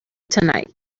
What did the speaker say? tonight